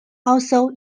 also